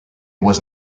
was